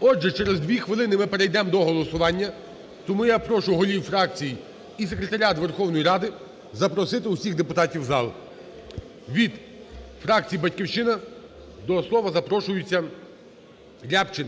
Отже, через дві хвилини ми перейдемо до голосування. Тому я прошу голів фракцій і секретаріат Верховної Ради запросити всіх депутатів в зал. Від фракції "Батьківщина" до слова запрошується Рябчин